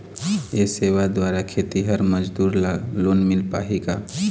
ये सेवा द्वारा खेतीहर मजदूर ला लोन मिल पाही का?